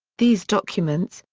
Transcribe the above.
these documents,